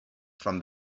from